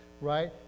right